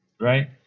right